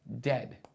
dead